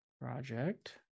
project